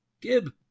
Gib